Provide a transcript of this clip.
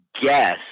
guess